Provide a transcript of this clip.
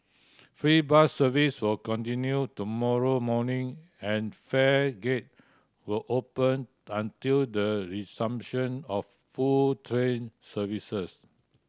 free bus service will continue tomorrow morning and fare gate will open until the resumption of full train services